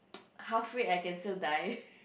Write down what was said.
halfway I can still die